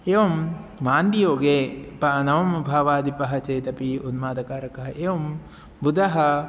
एवं मान्दियोगे पा नवम्भावादिपः चेदपि उन्मादकारकः एवं बुधः